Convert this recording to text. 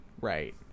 right